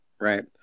right